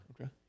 Okay